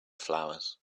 flowers